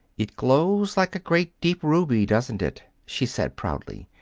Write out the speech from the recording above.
it glows like a great, deep ruby, doesn't it? she said proudly.